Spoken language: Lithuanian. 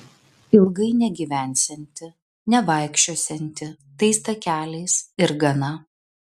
ilgai negyvensianti nevaikščiosianti tais takeliais ir gana